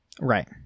right